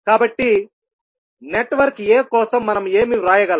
కాబట్టి network a కోసం మనం ఏమి వ్రాయగలం